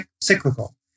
cyclical